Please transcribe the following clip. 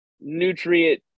nutrient